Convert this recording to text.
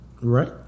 Right